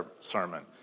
sermon